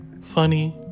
funny